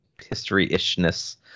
history-ishness